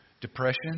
depression